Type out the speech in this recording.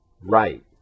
Right